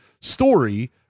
story